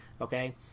okay